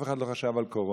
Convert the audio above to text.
אף אחד לא חשב על קורונה.